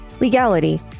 Legality